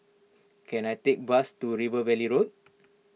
can I take a bus to River Valley Road